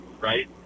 right